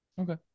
Okay